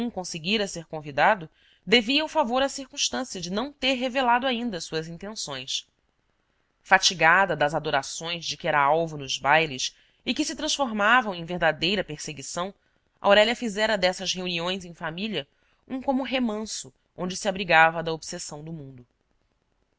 conseguira ser convidado devia o favor à circunstância de não ter revelado ainda suas intenções fatigada das adorações de que era alvo nos bailes e que se transformavam em verdadeira perseguição aurélia fizera dessas reuniões em família um como remanso onde se abrigava da obsessão do mundo